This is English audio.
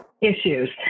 issues